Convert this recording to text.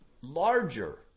larger